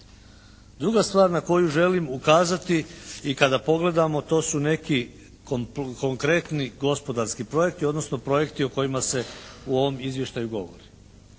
Druga stvar na koju želim ukazati i kada pogledamo to su neki konkretni gospodarski projekti, odnosno projekti o kojima se u ovom izvještaju govori.